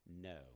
no